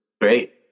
great